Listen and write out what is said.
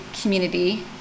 community